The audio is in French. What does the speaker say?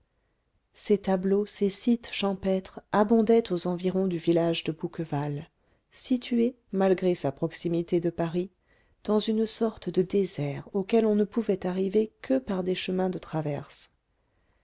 ces tableaux ces sites champêtres abondaient aux environs du village de bouqueval situé malgré sa proximité de paris dans une sorte de désert auquel on ne pouvait arriver que par des chemins de traverse